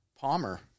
Palmer